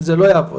זה לא יעבוד,